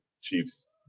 Chiefs